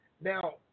Now